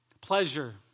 pleasure